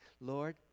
Lord